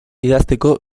idazteko